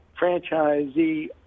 franchisee